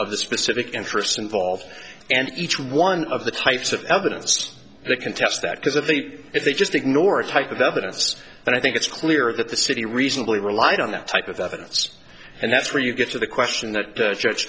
of the specific interests involved and each one of the types of evidence the contest that because of the if they just ignore type of evidence and i think it's clear that the city reasonably relied on that type of evidence and that's where you get to the question that